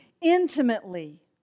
intimately